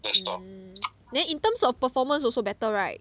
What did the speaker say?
mm then in terms of performance also better right